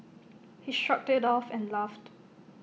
he shrugged IT off and laughed